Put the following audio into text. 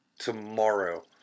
Tomorrow